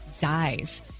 dies